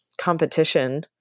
competition